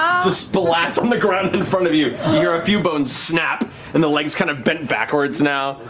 just splats on the ground in front of you, you hear a few bones snap and the legs kind of bent backwards now.